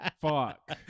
Fuck